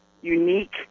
unique